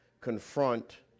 confront